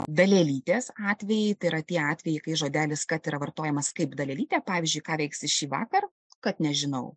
dalelytės atvejai tai yra tie atvejai kai žodelis kad yra vartojamas kaip dalelytė pavyzdžiui ką veiksi šįvakar kad nežinau